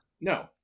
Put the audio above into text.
No